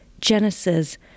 Genesis